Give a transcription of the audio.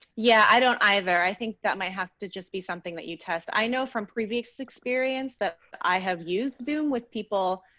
yeah i don't either. i think that might have to just be something that you test. i know from previous experience that i have used zoom with people,